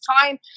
time